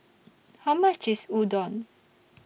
How much IS Udon